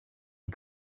die